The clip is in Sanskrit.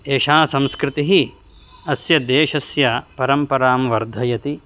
एषा संस्कृतिः अस्य देशस्य परम्परां वर्धयति